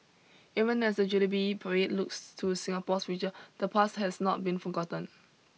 even as the jubilee parade looks to Singapore's future the past has not been forgotten